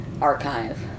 archive